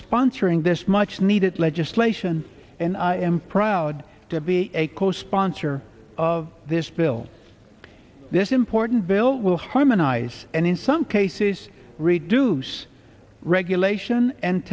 sponsoring this much needed legislation and i am proud to be a co sponsor of this bill this important bill will harmonize and in some cases reduce regulation and